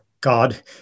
God